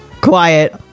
quiet